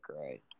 right